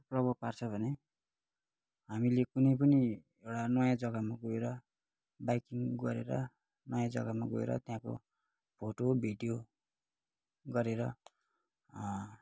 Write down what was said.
प्रभाव पार्छ भने हामीले कुनै पनि एउटा नयाँ जग्गामा गएर बाइकिङ गरेर नयाँ जग्गामा गएर त्यहाँको फोटो भिडियो गरेर